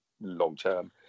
long-term